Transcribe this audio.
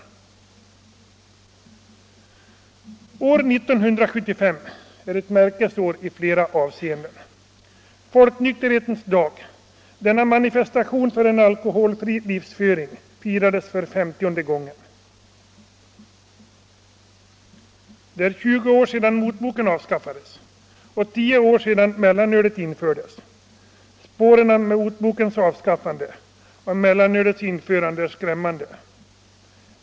År 1975 är ett märkesår, i flera avseenden. Folknykterhetens dag, denna manifestation på en alkoholfri livsföring, firades för femtionde gången. Det är 20 år sedan motboken avskaffades och 10 år sedan mellanölet infördes. Spåren av motbokens avskaffande och mellanölets införande är skrämmande.